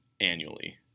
annually